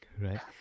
Right